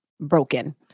broken